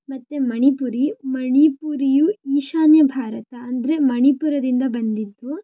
ಮತ್ತು ಮಣಿಪುರಿ ಮಣಿಪುರಿಯು ಈಶಾನ್ಯ ಭಾರತ ಅಂದ್ರೆ ಮಣಿಪುರದಿಂದ ಬಂದಿದ್ದು